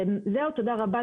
תודה רבה.